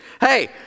Hey